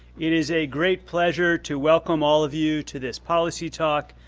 it is a great pleasure to welcome all of you to this policy talk,